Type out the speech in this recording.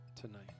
tonight